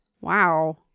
Wow